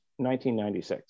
1996